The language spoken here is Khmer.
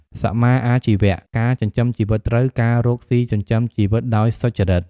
សម្មាអាជីវៈ ការចិញ្ចឹមជីវិតត្រូវ ការរកស៊ីចិញ្ចឹមជីវិតដោយសុចរិត។